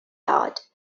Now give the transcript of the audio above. yard